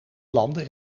landen